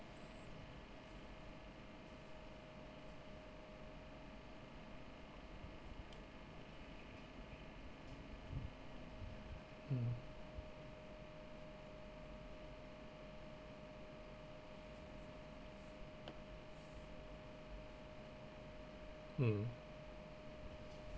mm mm